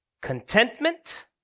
contentment